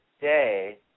day